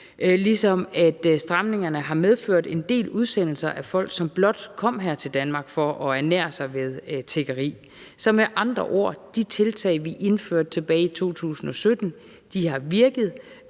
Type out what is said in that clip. op på ny. Stramningerne har desuden medført en del udsendelser af folk, som blot kom her til Danmark for at ernære sig ved tiggeri. Med andre ord har de tiltag, vi indførte tilbage i 2017, virket.